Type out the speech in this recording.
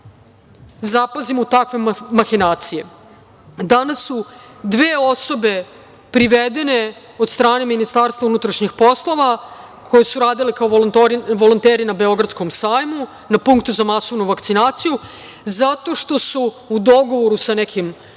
zapazimo takve mahinacije. Danas su dve osobe privedene od strane MUP-a koji su radili kao volonteri na Beogradskom sajmu, na Punktu za masovnu vakcinaciju, zato što su u dogovoru sa nekim